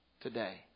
today